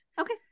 Okay